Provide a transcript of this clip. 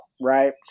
Right